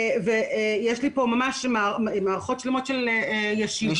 יש לי פה ממש מערכות שלמות של ישיבות.